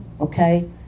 Okay